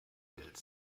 willst